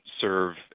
serve